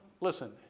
listen